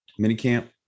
minicamp